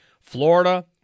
Florida